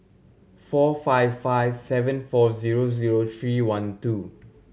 four five five seven four zero zero three one two